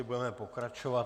Budeme pokračovat.